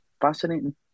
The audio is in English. fascinating